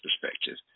perspective